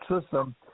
system